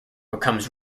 becomes